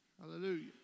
Hallelujah